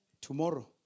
tomorrow